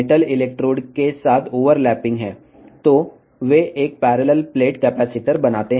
కాబట్టి అవి సమాంతర ప్లేట్ కెపాసిటర్ను ఏర్పరుస్తాయి